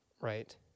Right